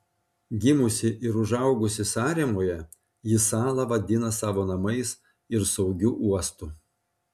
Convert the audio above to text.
gimusi ir užaugusi saremoje ji salą vadina savo namais ir saugiu uostu